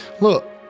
look